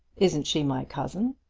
isn't she my cousin?